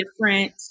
different